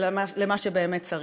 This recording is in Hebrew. אלא למה שבאמת צריך.